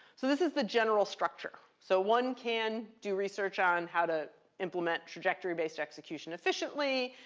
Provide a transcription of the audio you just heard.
so this is the general structure. so one can do research on how to implement trajectory-based execution efficiently.